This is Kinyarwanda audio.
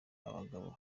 abagabo